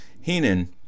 Heenan